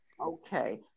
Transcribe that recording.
Okay